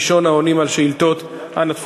ראשון העונים על שאילתות דחופות.